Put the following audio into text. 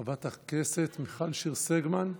חברת הכנסת מיכל שיר סגמן,